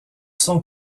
sont